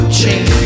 change